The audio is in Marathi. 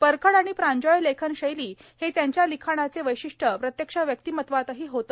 परखड आणि प्रांजळ लेखन शैली हे त्यांच्या लिखाणाचे वैशिष्ट्य प्रत्यक्ष व्यक्तिमत्वातही होते